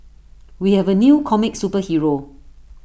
we have A new comic superhero